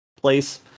place